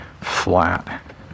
flat